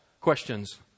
questions